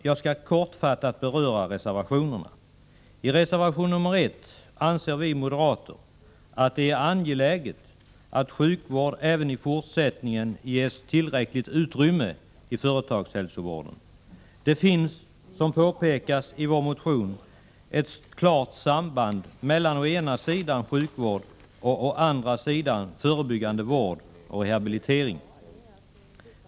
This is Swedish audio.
Jag skall kortfattat beröra reservationerna. I reservation 1 anser vi moderater att det är angeläget att sjukvård även i fortsättningen ges tillräckligt utrymme i företagshälsovården. Det finns, som påpekas i vår motion, ett klart samband mellan å ena sidan sjukvård och å andra sidan förebyggande vård och rehabilitering.